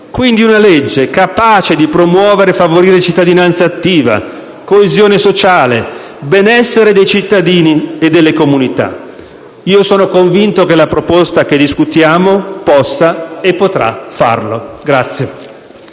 nitida, capace di promuovere e favorire cittadinanza attiva, coesione sociale, benessere dei cittadini e delle comunità. Io sono convinto che la proposta che discutiamo possa e potrà farlo.